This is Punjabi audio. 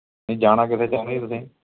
ਨਹੀਂ ਜਾਣਾ ਕਿੱਥੇ ਚਾਹੁੰਦੇ ਜੀ ਤੁਸੀਂ